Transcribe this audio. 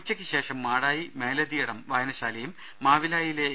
ഉച്ചയ്ക്ക് ശേഷം മാടായി മേലതിയടം വായനശാലയും മാവിലായിയിലെ എ